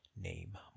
name